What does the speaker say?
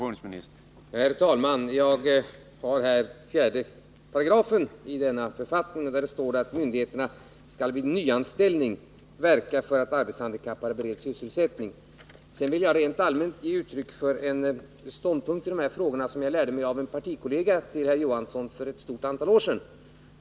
Herr talman! Jag har här 4§ i denna författning, där det står att myndigheterna skall vid nyanställning verka för att arbetshandikappade bereds sysselsättning. Sedan vill jag rent allmänt ge uttryck för en ståndpunkt i de här frågorna, som jag fick från en partikollega till herr Johansson för ett stort antal år sedan.